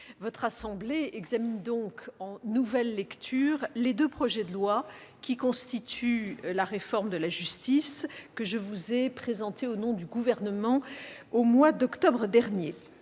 votre assemblée examine donc, en nouvelle lecture, les deux projets de loi qui constituent la réforme de la justice que je vous ai présentée au nom du Gouvernement au mois d'octobre dernier.